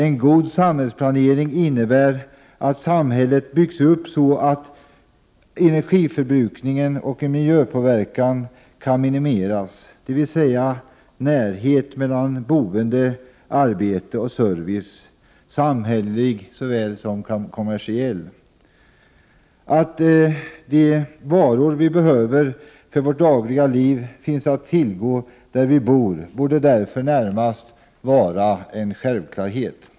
En god samhällsplanering innebär att samhället byggs upp så att energiförbrukningen och miljöpåverkan kan minimeras. Vi måste ordna närheten mellan boende, arbete och service — samhälleligt såväl som kommersiellt. Att de varor vi behöver för vårt dagliga liv finns att tillgå där vi bor borde därför närmast vara en självklarhet.